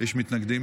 יש מתנגדים?